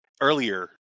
earlier